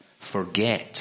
forget